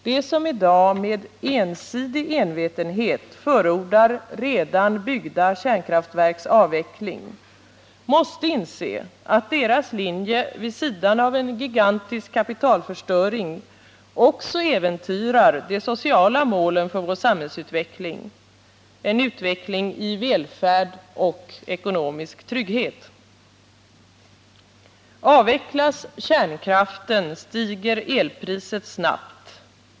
De som i dag med ensidig envetenhet förordar redan byggda kärnkraftverks avveckling måste inse att deras linje vid sidan av en gigantisk kapitalförstöring också äventyrar de sociala målen för vår samhällsutveckling, en utveckling i välfärd och ekonomisk trygghet. Avvecklas kärnkraften stiger elpriset snabbt.